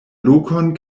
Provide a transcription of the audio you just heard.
lokon